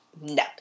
No